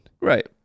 Right